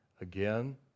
again